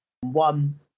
one